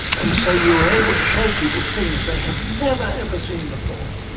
and so you're able to show people things they have never, ever seen before,